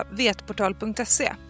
vetportal.se